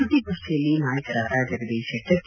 ಸುದ್ದಿಗೋಷ್ಠಿಯಲ್ಲಿ ನಾಯಕರಾದ ಜಗದೀಶ್ಶೆಟ್ಟರ್ ಕೆ